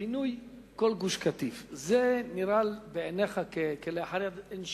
פינוי כל גוש-קטיף נראה בעיניך כלאחר יד?